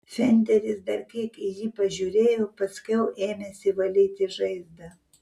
fenderis dar kiek į jį pažiūrėjo paskiau ėmėsi valyti žaizdą